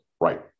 Right